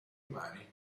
umani